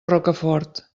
rocafort